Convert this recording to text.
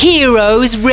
Heroes